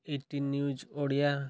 eighteen news Odia